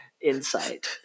insight